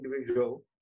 individual